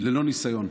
ללא ניסיון,